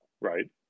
Right